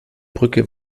brücke